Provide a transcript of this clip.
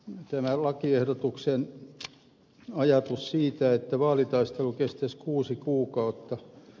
yksi on lakiehdotuksen ajatus siitä että vaalitaistelu kestäisi kuusi kuukautta